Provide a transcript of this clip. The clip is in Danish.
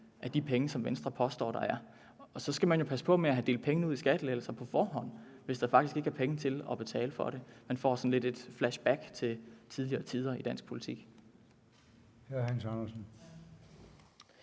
af de penge, som Venstre påstår at der er. Så skal man jo passe på med at dele pengene ud i form af skattelettelser på forhånd, hvis der faktisk ikke er penge til at betale for det. Man får sådan lidt et flashback til tidligere tider i dansk politik. Kl. 11:50 Formanden: